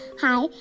Hi